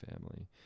family